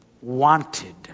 wanted